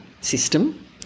system